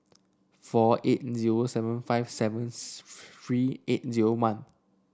four eight zero seven five seven three eight zero one